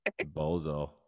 bozo